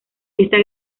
esta